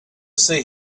see